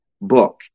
book